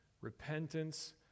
repentance